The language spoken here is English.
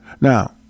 Now